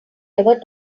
ever